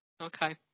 Okay